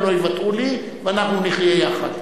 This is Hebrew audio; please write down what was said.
הם לא יוותרו לי ואנחנו נחיה יחד.